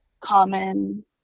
common